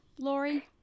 Lori